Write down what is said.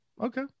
okay